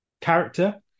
character